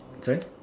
sorry